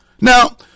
now